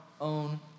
own